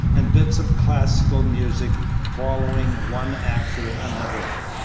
and bits of classical music following one after another,